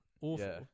Awful